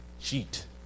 cheat